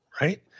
right